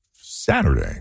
Saturday